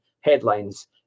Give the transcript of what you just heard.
headlines